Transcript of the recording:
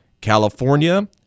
California